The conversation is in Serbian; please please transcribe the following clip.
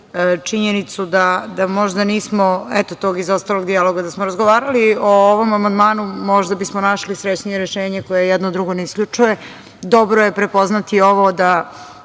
činjenicu da možda nismo, eto, tog izostalog dijaloga. Da smo razgovarali o ovom amandmanu možda bismo našli srećnije rešenje koje jedno drugo ne isključuje. Dobro je prepoznati ovo da